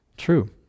true